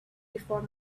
before